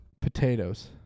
Potatoes